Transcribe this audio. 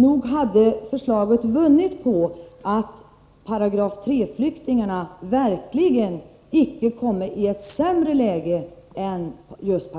Nog hade förslaget vunnit på att flyktingar enligt 3 § verkligen icke hade kommit i ett sämre läge än just